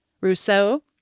Rousseau